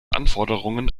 anforderungen